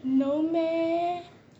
no meh